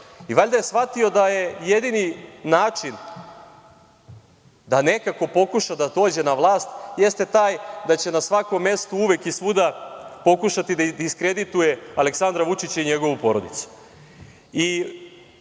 valjaju. Valjda je shvatio da jedini način da nekako pokuša da dođe na vlast, jeste taj da će na svakom mestu i svuda pokušati da diskredituje Aleksandra Vučića i njegovu porodicu. Jedino